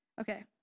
Okay